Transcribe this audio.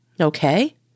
Okay